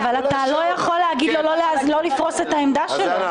אבל אתה לא יכול להגיד לו לא לפרוש את העמדה שלו.